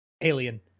Alien